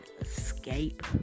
escape